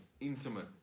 intimate